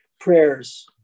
prayers